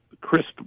crisp